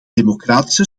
democratische